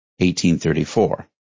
1834